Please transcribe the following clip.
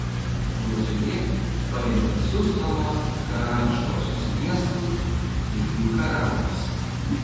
jozuė paėmė visus anuos karališkuosius miestus ir jų karalius